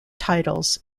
titles